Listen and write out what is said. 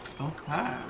Okay